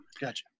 Gotcha